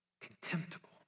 contemptible